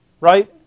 Right